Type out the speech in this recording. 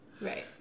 right